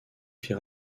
fit